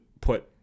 put